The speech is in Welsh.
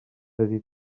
ydy